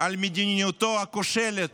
על מדיניותו הכושלת